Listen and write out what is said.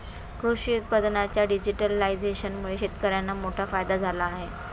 कृषी उत्पादनांच्या डिजिटलायझेशनमुळे शेतकर्यांना मोठा फायदा झाला आहे